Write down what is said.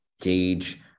gauge